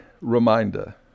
reminder